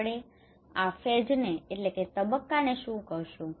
આપણે આ ફેજને phase તબક્કો શું કહીશું